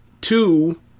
two